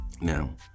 Now